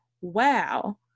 wow